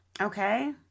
okay